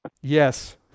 Yes